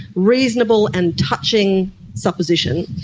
reasonable and touching supposition,